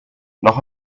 noch